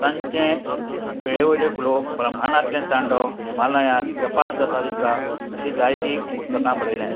तांचे वेळे वयल्यो घुलो ब्रह्माणांतलें तांडव हिमालयांत जपान कसा दिसला अशी जायतीं पुस्तकां बरयल्यात